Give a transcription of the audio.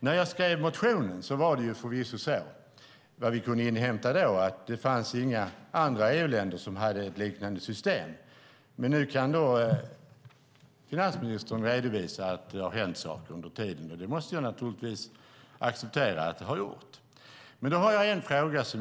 När jag skrev motionen var det förvisso, vad vi kunde inhämta då, så att det inte fanns några andra EU-länder som hade ett liknande system. Nu kan dock finansministern redovisa att det har hänt saker under tiden, och det måste jag naturligtvis acceptera att det har gjort.